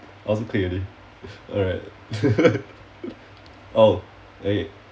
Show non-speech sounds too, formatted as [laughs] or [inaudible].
also clear already [laughs] alright [laughs] oh eh